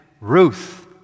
Ruth